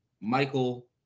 Michael